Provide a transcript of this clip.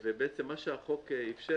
בעצם מה שהחוק אפשר,